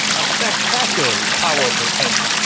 a spectacularly powerful engine.